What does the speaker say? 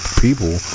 people